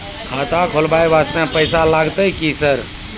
खाता खोलबाय वास्ते पैसो लगते की सर?